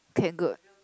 okay good